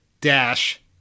dash